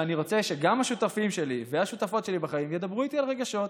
ואני רוצה שגם השותפים שלי והשותפות שלי בחיים ידברו איתי על רגשות.